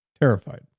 Terrified